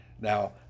Now